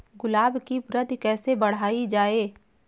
गुलाब की वृद्धि कैसे बढ़ाई जाए?